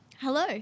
Hello